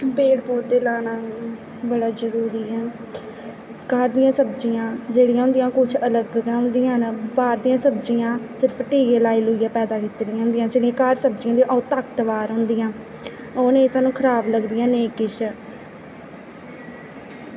पेड़ पौधे लाना बड़ा जरूरी ऐ घर दियां सब्जियां जेह्ड़ियां होंदियां कुछ अलग गै होंदियां न बाहर दियां सब्जियां सिर्फ टीके लाइयै लूइयै पैदा कीती दियां होदियां जेह्ड़ी घर दियां सब्जियां ओह् ताकतवार होदियां ओह् नेईं सानूं खराब लगदियां नेईं किश